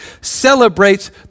celebrates